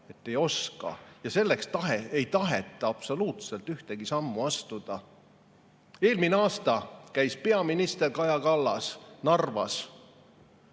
et ei oska. Ja selle [muutmiseks] ei taheta absoluutselt ühtegi sammu astuda. Eelmine aasta käis peaminister Kaja Kallas Narva